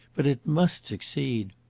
but it must succeed!